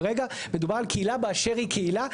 כרגע מדובר על קהילה באשר היא קהילה,